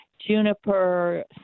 juniper